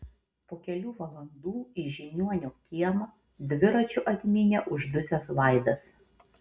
po kelių valandų į žiniuonio kiemą dviračiu atmynė uždusęs vaidas